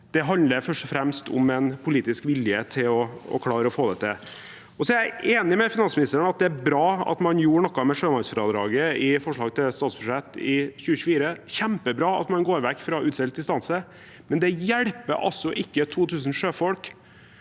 Det handler først og fremst om en politisk vilje til å klare å få det til. Jeg er enig med finansministeren i at det er bra at man har gjort noe med sjømannsfradraget i forslaget til statsbudsjett for 2024 – det er kjempebra at man går vekk fra utseilt distanse – men det hjelper ikke 2 000 sjøfolk